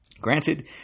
Granted